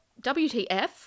WTF